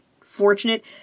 fortunate